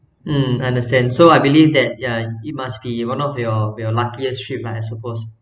hmm understand so I believe that yeah it must be one of your your luckiest trip I suppose